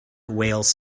wales